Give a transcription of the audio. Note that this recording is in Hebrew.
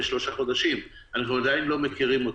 שלושה חודשים אנחנו עדיין לא מכירים אותו.